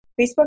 Facebook